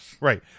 Right